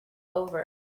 over